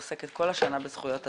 עוסקת כל השנה בזכויות אדם,